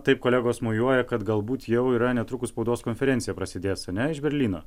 taip kolegos mojuoja kad galbūt jau yra netrukus spaudos konferencija prasidės ane iš berlyno